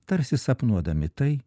tarsi sapnuodami tai